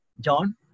John